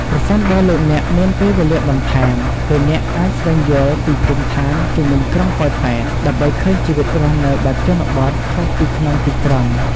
ប្រសិនបើលោកអ្នកមានពេលវេលាបន្ថែម លោកអ្នកអាចស្វែងយល់ពី ភូមិឋានជុំវិញក្រុងប៉ោយប៉ែត ដើម្បីឃើញជីវិតរស់នៅបែបជនបទខុសពីក្នុងទីក្រុង។